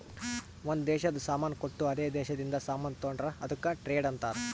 ಒಂದ್ ದೇಶದು ಸಾಮಾನ್ ಕೊಟ್ಟು ಅದೇ ದೇಶದಿಂದ ಸಾಮಾನ್ ತೊಂಡುರ್ ಅದುಕ್ಕ ಟ್ರೇಡ್ ಅಂತಾರ್